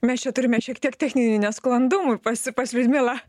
mes čia turime šiek tiek techninių nesklandumų pas pas liudmilą